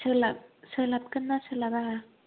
सोलाबगोन ना सोलाबा